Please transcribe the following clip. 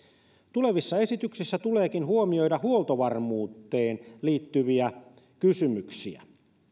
tulevissa esityksissä tuleekin huomioida huoltovarmuuteen liittyviä kysymyksiä